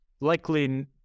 likely